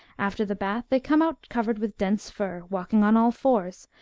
after the bath, they come out covered with dense fur, walking on all fours,